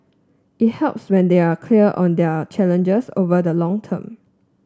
it helps when they are clear on their challenges over the long term